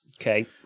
Okay